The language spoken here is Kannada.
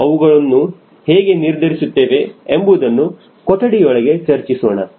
ಅವುಗಳನ್ನು ಹೇಗೆ ನಿರ್ಧರಿಸುತ್ತೇವೆ ಎಂಬುದನ್ನು ಕೊಠಡಿಯೊಳಗೆ ಚರ್ಚಿಸೋಣ